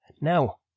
now